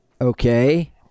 Okay